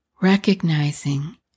recognizing